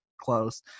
close